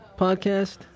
podcast